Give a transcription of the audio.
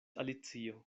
alicio